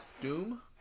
Doom